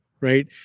right